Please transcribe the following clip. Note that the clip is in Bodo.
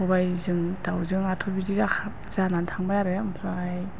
सबाइजों दाउजोंआथ' बिदि जानानै थांबाय आरो ओमफ्राय